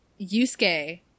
Yusuke